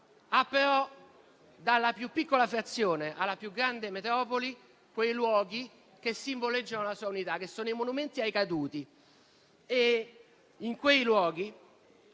però, dalla più piccola frazione alla più grande metropoli, ha luoghi che simboleggiano la sua unità, cioè i monumenti ai caduti.